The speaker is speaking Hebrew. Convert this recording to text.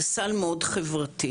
זה סל מאוד חברתי.